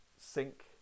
sync